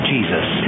Jesus